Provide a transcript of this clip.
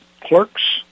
clerks